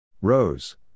Rose